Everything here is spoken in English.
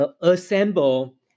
assemble